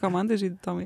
ką man daryti tomai